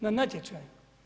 Na natječaju.